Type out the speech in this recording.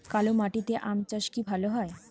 কালো মাটিতে আম চাষ কি ভালো হয়?